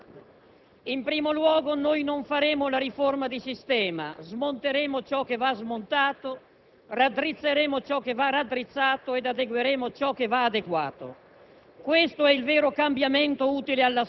Risponderò così: per due ragioni. In primo luogo, noi non faremo la riforma di sistema. Smonteremo ciò che va smontato, raddrizzeremo ciò che va raddrizzato ed adegueremo ciò che va adeguato.